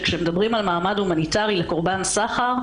שכאשר מדברים על מעמד הומניטרי לקורבן סחר,